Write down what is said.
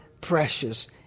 precious